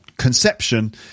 conception